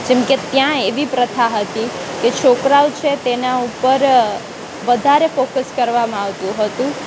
જેમ કે ત્યાં એવી પ્રથા હતી એ છોકરાઓ છે તેનાં ઉપર વધારે ફોકસ કરવામાં આવતું હતું